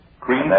cream